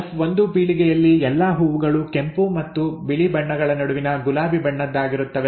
F one ಪೀಳಿಗೆಯಲ್ಲಿ ಎಲ್ಲಾ ಹೂವುಗಳು ಕೆಂಪು ಮತ್ತು ಬಿಳಿ ಬಣ್ಣಗಳ ನಡುವಿನ ಗುಲಾಬಿ ಬಣ್ಣದ್ದಾಗಿರುತ್ತವೆ